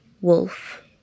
Wolf